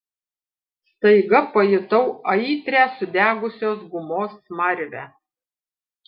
staiga pajutau aitrią sudegusios gumos smarvę